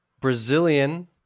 Brazilian